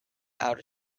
outer